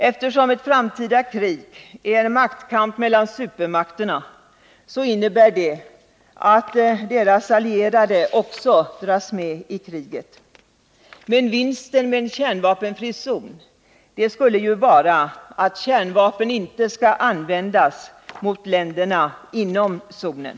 Eftersom ett framtida krig är en maktkamp mellan supermakterna, dras också deras allierade med i kriget. Men vinsten med en kärnvapenfri zon skulle vara att kärnvapen inte skulle användas mot länderna inom zonen.